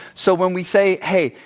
so when we say, hey.